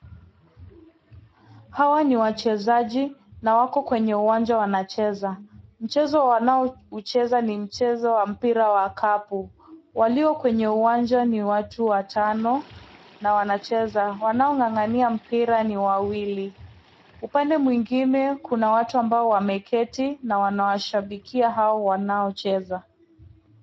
Hawa ni wachezaji na wako kwenye uwanja wanacheza. Mchezo wanaoucheza ni mchezo wa mpira wa kapu. Waliokwenye uwanja ni watu watano. Wanaong'ang'ania mpira ni wawili. Upande mwingine kuna watu ambao wameketi na wanawashabikia hao wanaocheza.